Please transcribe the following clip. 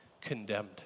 condemned